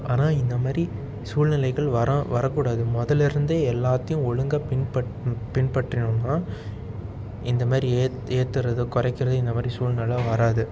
ஆனால் இந்த மாதிரி சூழ்நிலைகள் வராது வரக்கூடாது முதல்லருந்தே எல்லாத்தியும் ஒழுங்காக பின்பற் பின்பற்றினம்னா இந்த மாதிரி ஏத் ஏற்றுறது குறைக்கிறது இந்த மாதிரி சூழ்நிலை வராது